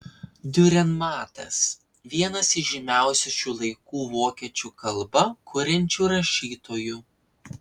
diurenmatas vienas iš žymiausių šių laikų vokiečių kalba kuriančių rašytojų